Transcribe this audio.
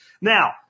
Now